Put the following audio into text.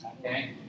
Okay